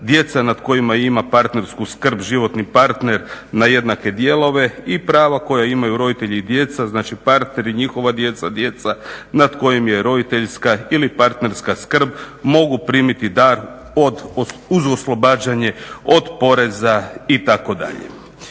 djeca nad kojima ima partersku skrb životni parter na jednake dijelove i prava koja imaju i roditelji i djeca, znači partneri, njihova djeca, djeca nad kojim je roditeljska ili parterska skrb mogu primiti dar od, uz oslobađanje od poreza itd.